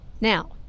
Now